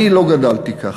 אני לא גדלתי כך.